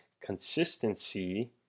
consistency